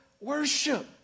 worship